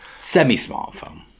Semi-smartphone